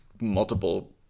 multiple